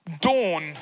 dawn